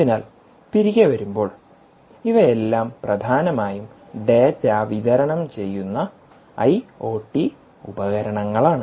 അതിനാൽ തിരികെ വരുമ്പോൾ ഇവയെല്ലാം പ്രധാനമായും ഡാറ്റ വിതരണം ചെയ്യുന്ന ഐ ഒ ടി ഉപകരണങ്ങളാണ്